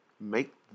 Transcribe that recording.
Make